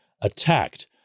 attacked